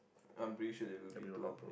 I'm pretty sure there will be too ah